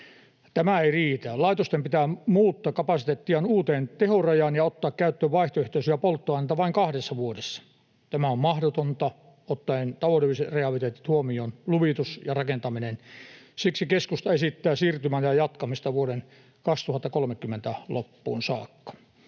Tämä ei riitä. Laitosten pitää muuttaa kapasiteettiaan uuteen tehorajaan ja ottaa käyttöön vaihtoehtoisia polttoaineita vain kahdessa vuodessa. Tämä on mahdotonta, ottaen huomioon taloudelliset realiteetit, luvitus ja rakentaminen. Siksi keskusta esittää siirtymäajan jatkamista vuoden 2030 loppuun saakka.